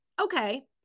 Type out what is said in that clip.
Okay